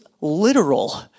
literal